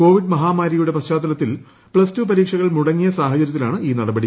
Covid മഹാമാരിയുടെ പശ്ചാത്തലത്തിൽ plus two പരീക്ഷകൾ മുടങ്ങിയ സാഹചര്യത്തിലാണ് ഈ നടപടി